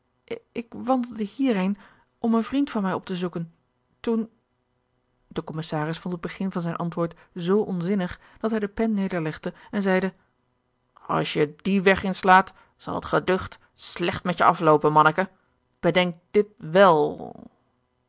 ik wandelde hierheen om een vriend van mij op te zoeken toen de commissaris vond het begin van zijn antwoord z onzinnig dat hij de pen nederlegde en zeide als je dien weg inslaat zal het geducht slecht met je afloopen manneke bedenk dit wel